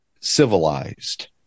civilized